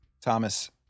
thomas